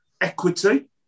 equity